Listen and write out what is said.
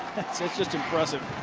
that's just impressive.